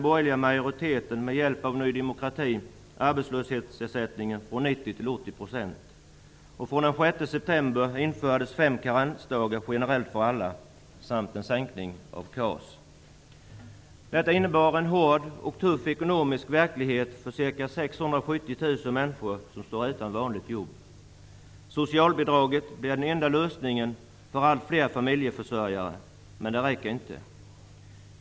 Den 5 juli Detta innebär en tuff och hård ekonomisk verklighet för ca 670 000 människor som står utan vanliga jobb. Socialbidraget blir den enda lösningen för allt fler familjeförsörjare, men det räcker inte.